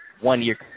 one-year